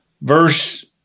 Verse